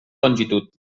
longitud